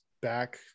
back